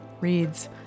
reads